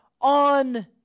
on